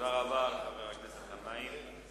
תודה רבה לחבר הכנסת גנאים.